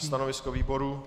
Stanovisko výboru?